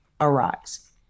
arise